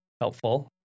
helpful